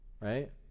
Right